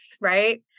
right